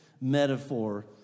metaphor